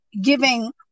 giving